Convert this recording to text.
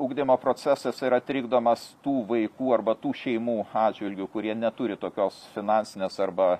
ugdymo procesas yra trikdomas tų vaikų arba tų šeimų atžvilgiu kurie neturi tokios finansinės arba